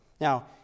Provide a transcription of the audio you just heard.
Now